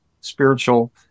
spiritual